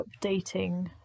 updating